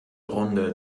runde